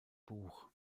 buch